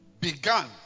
began